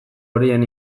horien